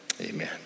Amen